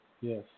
Yes